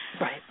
Right